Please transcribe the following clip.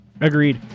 Agreed